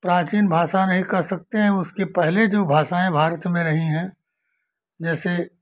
प्राचीन भाषा नहीं कह सकते हैं उसके पहले जो भाषाएं भारत में रही हैं जैसे